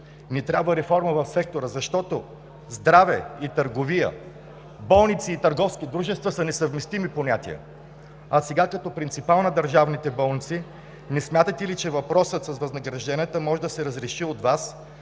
ни трябва реформа в сектора. Защото здраве и търговия, болници и търговски дружества, са несъвместими понятия. А сега като принципал на държавните болници: не смятате ли, че въпросът с възнагражденията може да се разреши от Вас,